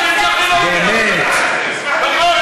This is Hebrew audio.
באמת.